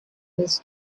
his